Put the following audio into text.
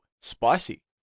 spicy